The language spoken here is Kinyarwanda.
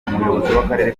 w’akarere